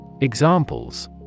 Examples